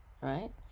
right